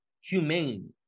humane